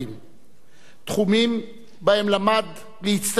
תחומים שבהם למד להצטיין, להוביל,